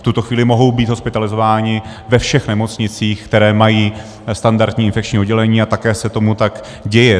V tuto chvíli mohou být hospitalizováni ve všech nemocnicích, které mají standardní infekční oddělení, a také se tomu tak děje.